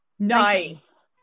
Nice